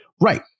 right